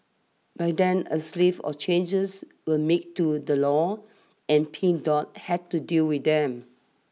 by then a slave of changes were made to the law and Pink Dot had to deal with them